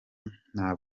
nta